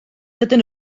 dydyn